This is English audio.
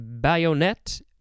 bayonet